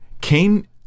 Cain